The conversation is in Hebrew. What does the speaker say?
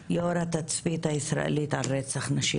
התצפית הישראלית על רצח נשים